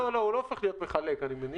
לא, הוא לא הופך להיות מחלק, אני מניח.